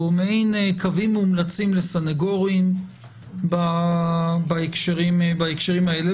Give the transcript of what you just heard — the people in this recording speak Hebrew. קווים מומלצים לסנגורים בהקשרים האלה.